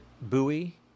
buoy